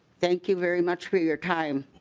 thank you very much for your time.